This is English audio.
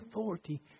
authority